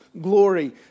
glory